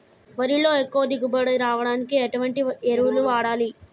వరిలో ఎక్కువ దిగుబడి రావడానికి ఎటువంటి ఎరువులు వాడాలి?